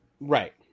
Right